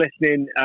listening